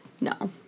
No